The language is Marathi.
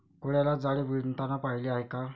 कोळ्याला जाळे विणताना पाहिले आहे का?